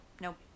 nope